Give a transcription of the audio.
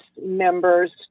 members